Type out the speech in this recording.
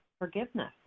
forgiveness